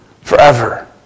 forever